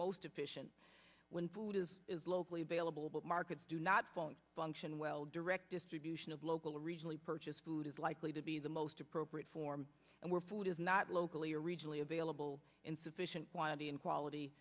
most efficient when food is is locally available but markets do not phone function well direct distribution of local recently purchased food is likely to be the most appropriate form and were food is not locally originally available in sufficient quantity and quality